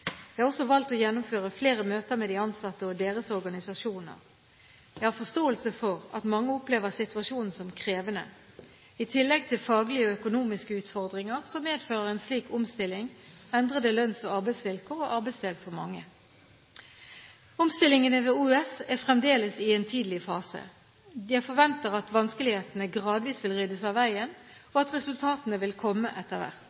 Jeg har også valgt å gjennomføre flere møter med de ansatte og deres organisasjoner. Jeg har forståelse for at mange opplever situasjonen som krevende. I tillegg til faglige og økonomiske utfordringer medfører en slik omstilling endrede lønns- og arbeidsvilkår og arbeidssted for mange. Omstillingene ved OUS er fremdeles i en tidlig fase. Jeg forventer at vanskelighetene gradvis vil ryddes av veien, og at resultatene vil komme etter hvert.